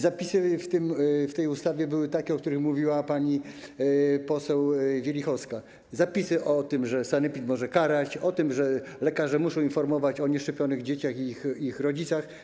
Zapisy w tej ustawie były takie, o których mówiła pani poseł Wielichowska: o tym, że sanepid może karać, o tym, że lekarze muszą informować o nieszczepionych dzieciach i ich rodzicach.